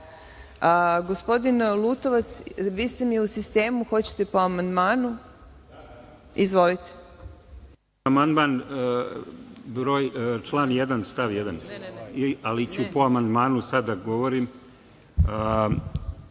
vama. Gospodine Lutovac, vi ste mi u sistemu, da li hoćete po amandmanu? Izvolite.